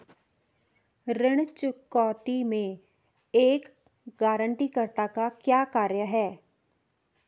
ऋण चुकौती में एक गारंटीकर्ता का क्या कार्य है?